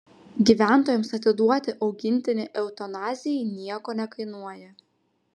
gyventojams atiduoti augintinį eutanazijai nieko nekainuoja